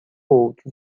outro